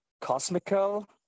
cosmical